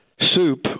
soup